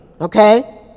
Okay